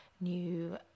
new